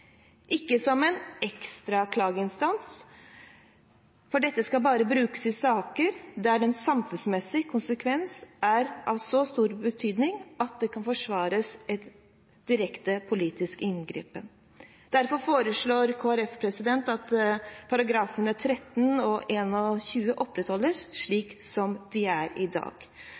ikke som en ekstra klageinstans, for dette skal bare brukes i saker der den samfunnsmessige konsekvens er av så stor betydning at direkte politisk inngripen kan forsvares. Derfor foreslår Kristelig Folkeparti at §§ 13 og 21 opprettholdes slik som de er i dag.